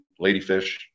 ladyfish